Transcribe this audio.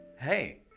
hey.